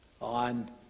on